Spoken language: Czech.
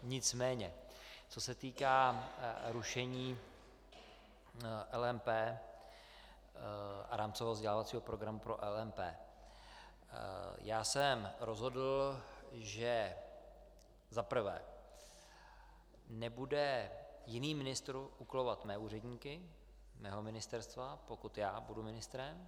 Nicméně co se týká rušení LMP a rámcového vzdělávacího programu pro LMP, já jsem rozhodl, že za prvé nebude jiný ministr úkolovat mé úředníky, mého ministerstva, pokud já budu ministrem.